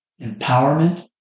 empowerment